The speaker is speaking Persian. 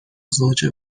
زوج